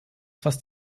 fast